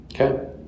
Okay